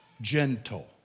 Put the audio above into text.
gentle